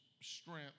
strength